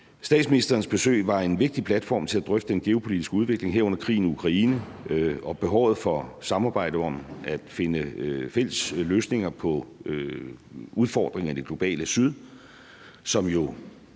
Statsministerens besøg var en vigtig platform for at drøfte den geopolitiske udvikling, herunder krigen i Ukraine og behovet for samarbejde om at finde fælles løsninger på udfordringer i det globale syd,